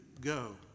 go